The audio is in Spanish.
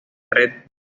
red